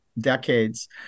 decades